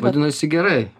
vadinasi gerai